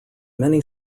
many